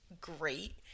great